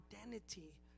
identity